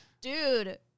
dude